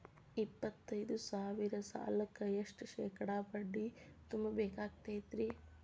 ಎಪ್ಪತ್ತೈದು ಸಾವಿರ ಸಾಲಕ್ಕ ಎಷ್ಟ ಶೇಕಡಾ ಬಡ್ಡಿ ತುಂಬ ಬೇಕಾಕ್ತೈತ್ರಿ?